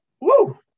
Woo